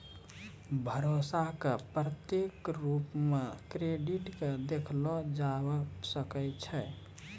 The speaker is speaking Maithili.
भरोसा क प्रतीक क रूप म क्रेडिट क देखलो जाबअ सकै छै